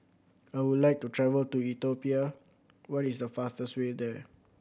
I would like to travel to Ethiopia what is the fastest way there